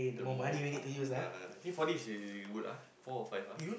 the more uh yeah I think four days would be good ah four or five ah